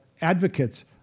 advocates